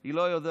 היא לא יודעת.